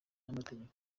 n’amategeko